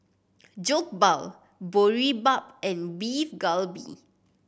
Jokbal Boribap and Beef Galbi